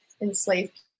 enslaved